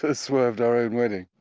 ah swerved our own wedding.